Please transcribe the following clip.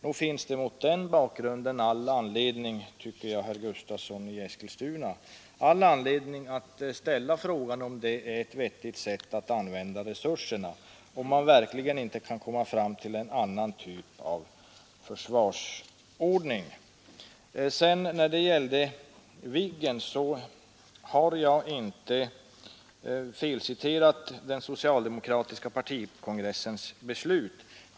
Nog finns det mot den bakgrunden, herr Gustavsson i Eskilstuna, all anledning att ställa frågan om det är ett vettigt sätt att använda resurserna. Kan man verkligen inte komma fram till en annan typ av försvarsordning? När det gällde Viggen har jag inte felciterat den socialdemokratiska partikongressens beslut.